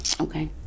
okay